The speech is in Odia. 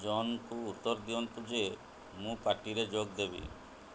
ଜନଙ୍କୁ ଉତ୍ତର ଦିଅନ୍ତୁ ଯେ ମୁଁ ପାର୍ଟିରେ ଯୋଗ ଦେବି